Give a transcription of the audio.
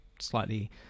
slightly